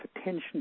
attention